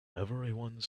everyone